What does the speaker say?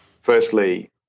firstly